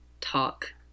talk